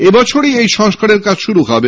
এবছরেই এই সংস্কারের কাজ শুরু হবে